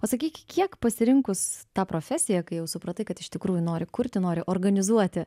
pasakyki kiek pasirinkus tą profesiją kai jau supratai kad iš tikrųjų nori kurti nori organizuoti